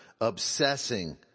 obsessing